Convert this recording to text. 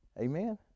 Amen